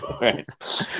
right